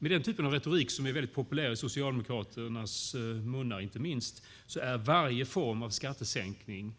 Med den typen av retorik, som är väldigt populär i inte minst Socialdemokraternas munnar, är varje form av skattesänkning